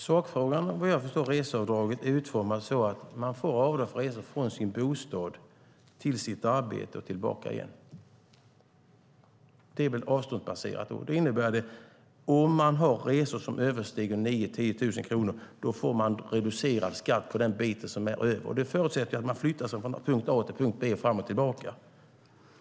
Fru talman! När det gäller sakfrågan är reseavdraget utformat så att man får avdrag för resor från sin bostad till sitt arbete och tillbaka igen. Det är avståndsbaserat. Det innebär att om man har resor som överstiger 9 000-10 000 kronor får man reducerad skatt på den bit som är över. Det förutsätter att man flyttar sig från punkt A till punkt B fram och tillbaka.